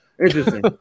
Interesting